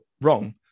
wrong